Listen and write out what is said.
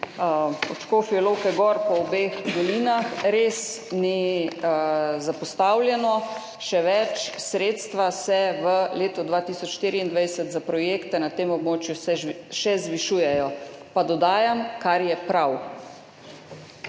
Škofje Loke gor po obeh dolinah, res ni zapostavljeno, še več, sredstva se v letu 2024 za projekte na tem območju še zvišujejo, pa dodajam, kar je prav.